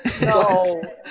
no